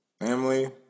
Family